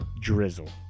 drizzle